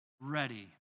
ready